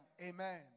Amen